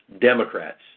Democrats